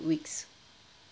weeks